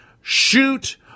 shoot